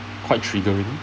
quite triggering